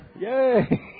yay